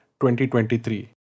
2023